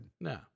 No